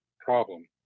problem